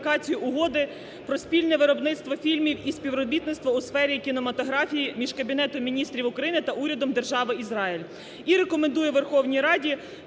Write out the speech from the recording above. Дякую.